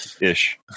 ish